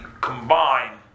combine